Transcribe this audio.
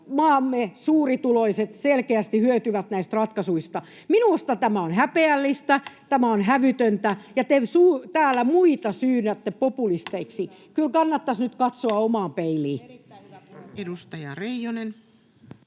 maamme suurituloiset selkeästi hyötyvät näistä ratkaisuista. Minusta tämä on häpeällistä, tämä on hävytöntä, ja te täällä muita syytätte populisteiksi. Kyllä kannattaisi nyt katsoa omaan peiliin.